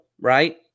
right